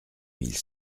mille